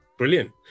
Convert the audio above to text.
Brilliant